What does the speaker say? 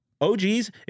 OGs